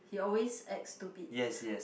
he always acts stupid